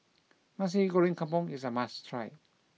Nasi Goreng Kampung is a must try